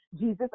Jesus